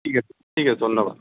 ঠিক আছে ঠিক আছে ধন্যবাদ